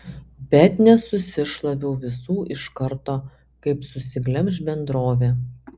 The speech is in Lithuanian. bet nesusišlaviau visų iš karto kaip susiglemš bendrovė